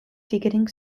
ticketing